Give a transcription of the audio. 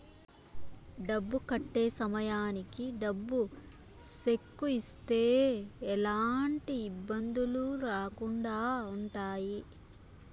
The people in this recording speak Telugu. డబ్బు కట్టే సమయానికి డబ్బు సెక్కు ఇస్తే ఎలాంటి ఇబ్బందులు రాకుండా ఉంటాయి